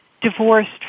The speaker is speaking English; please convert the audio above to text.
divorced